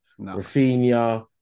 Rafinha